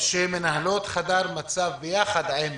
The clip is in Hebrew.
שמנהלות חדר מצב ביחד ביחד עם